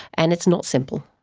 and it's not simple.